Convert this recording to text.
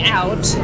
out